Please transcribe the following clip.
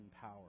power